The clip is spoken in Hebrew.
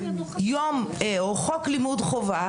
או חוק לימוד חובה,